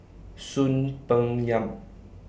Soon Peng Yam